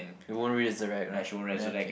it won't raise the rag lah ah ya K